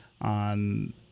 on